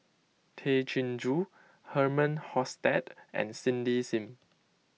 Tay Chin Joo Herman Hochstadt and Cindy Sim